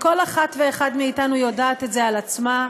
וכל אחת ואחד מאתנו יודעת את זה על עצמה,